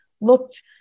looked